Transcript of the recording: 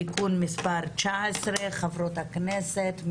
תיקון מספר 19. חברות הכנסת,